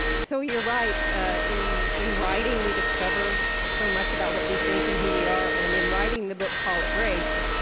so you're right ah in in writing, we discover so much about what we think and who we are and in writing the book call it grace,